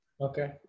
Okay